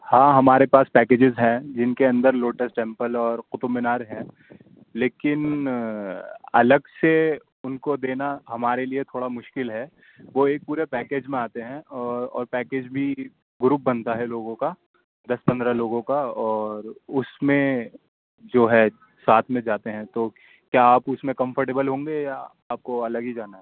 ہاں ہمارے پاس پیکیجز ہیں جن کے اندر لوٹس ٹیمپل اور قطب مینار ہیں لیکن الگ سے ان کو دینا ہمارے لیے تھوڑا مشکل ہے وہ ایک پورا پیکیج میں آتے ہیں اور اور پیکیج بھی گروپ بنتا ہے لوگوں کا دس پندرہ لوگوں کا اور اس میں جو ہے ساتھ میں جاتے ہیں تو کیا آپ اس میں کمفرٹیبل ہوں گے یا آپ کو الگ ہی جانا ہے